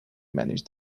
manage